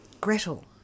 Gretel